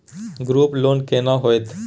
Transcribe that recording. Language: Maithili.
ग्रुप लोन केना होतै?